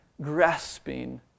grasping